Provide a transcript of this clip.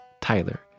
Tyler